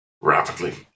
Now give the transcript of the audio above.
rapidly